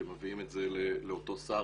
שמביאים את זה לאותו שר,